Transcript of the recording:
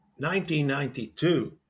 1992